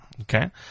Okay